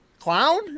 clown